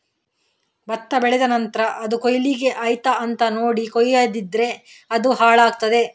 ಭತ್ತ ಬೆಳೆದ ನಂತ್ರ ಅದು ಕೊಯ್ಲಿಕ್ಕೆ ಆಯ್ತಾ ಅಂತ ನೋಡಿ ಕೊಯ್ಯದಿದ್ರೆ ಅದು ಹಾಳಾಗ್ತಾದೆ